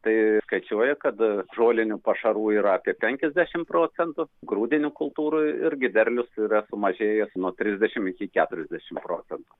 tai skaičiuoja kad žolinių pašarų yra apie penkiasdešim procentų grūdinių kultūrų irgi derlius yra sumažėjęs nuo trisdešim iki keturiasdešim procentų